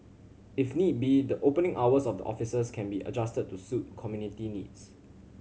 if need be the opening hours of the offices can be adjusted to suit community needs